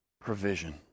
provision